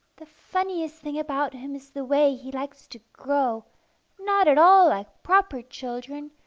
the funniest thing about him is the way he likes to grow not at all like proper children,